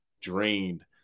drained